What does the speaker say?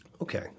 Okay